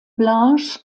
blanche